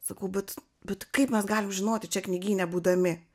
sakau bet bet kaip mes galim žinoti čia knygyne būdami